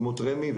באדמות רמ"י.